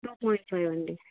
two point five అండి